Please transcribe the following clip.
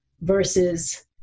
versus